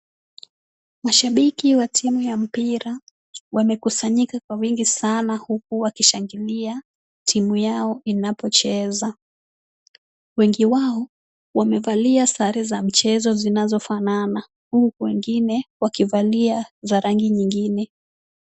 Mashabiki wa timu ya mpira wamekusanyika kwa wingi sana huku wakishangilia timu yao inapocheza. Wengi wao wamevalia sare za mchezo zinazofanana huku kwingine wakivalia za rangi nyingine.